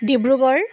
Dibrugarh